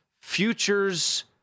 Futures